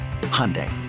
Hyundai